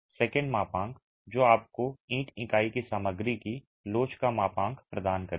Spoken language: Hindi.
सेकंड मापांक जो आपको ईंट इकाई की सामग्री की लोच का मापांक प्रदान करेगा